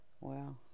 Wow